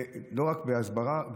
ולא רק הסברה,